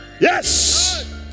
Yes